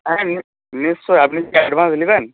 হ্যাঁ নিশ নিশ্চয়ই আপনি কি অ্যাডভান্স নেবেন